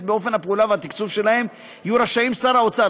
באופן הפעולה והתקצוב שלהם יהיו רשאים שר האוצר,